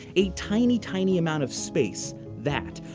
a tiny, tiny amount of space that,